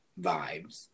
vibes